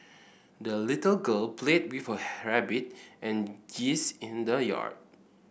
the little girl played with her rabbit and geese in the yard